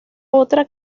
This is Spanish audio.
otra